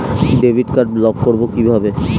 Debit card block করব কিভাবে?